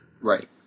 Right